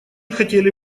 хотели